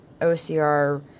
OCR